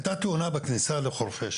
הייתה תאונה בכניסה לחורפש,